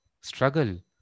struggle